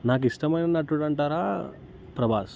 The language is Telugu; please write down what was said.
నాకు ఇష్టమైన నటుడు అంటారా ప్రభాస్